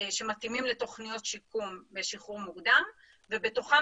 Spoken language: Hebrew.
שמתאימים לתכניות שיקום בשחרור מוקדם ובתוכם